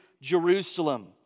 Jerusalem